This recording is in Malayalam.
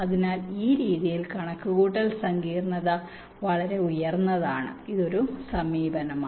അതിനാൽ ഈ രീതിയിൽ കണക്കുകൂട്ടൽ സങ്കീർണ്ണത വളരെ ഉയർന്നതാണ് ഇത് ഒരു സമീപനമാണ്